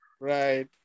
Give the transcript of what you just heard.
Right